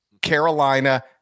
Carolina